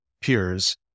peers